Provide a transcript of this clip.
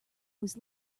was